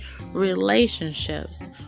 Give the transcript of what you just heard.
relationships